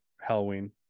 Halloween